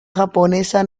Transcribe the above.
japonesa